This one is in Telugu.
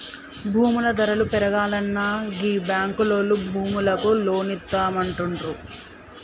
భూముల ధరలు పెరుగాల్ననా గీ బాంకులోల్లు భూములకు లోన్లిత్తమంటుండ్రు